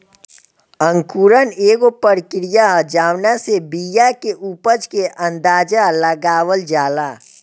अंकुरण एगो प्रक्रिया ह जावना से बिया के उपज के अंदाज़ा लगावल जाला